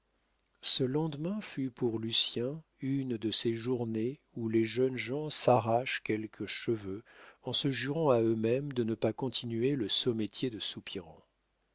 ce lendemain fut pour lucien une de ces journées où les jeunes gens s'arrachent quelques cheveux en se jurant à eux-mêmes de ne pas continuer le sot métier de soupirant